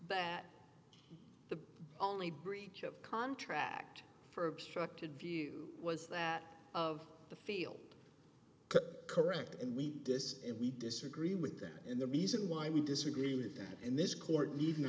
that the only breach of contract for obstructed view was that of the feel correct and we this and we disagree with that and the reason why we disagree with that and this court need